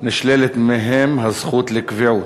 נשללת מהם הזכות לקביעות.